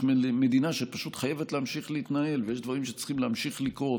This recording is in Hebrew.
מדינה שפשוט חייבת להמשיך להתנהל ויש דברים שצריכים להמשיך לקרות.